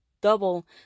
double